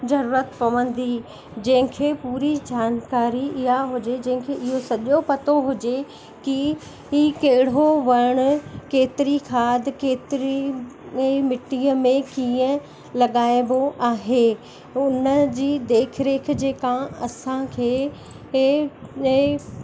ज़रूरत पवंदी जंहिंखे पूरी जानकारी इहा हुजे जंहिंखे इहो सॼो पतो हुजे कि ही कहिड़ो वण केतिरी खाद केतिरी मिट्टीअ में कीअं लॻाइबो आहे उन जी देखरेख जेका असांखे इहो ॾिए